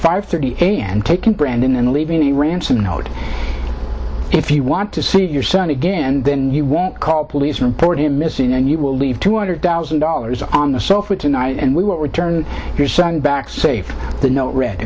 five thirty a m taken brandon and leaving the ransom note if you want to see your son again and then you won't call police report him missing and you will leave two hundred thousand dollars on the sofa tonight and we will return your son back safe the note re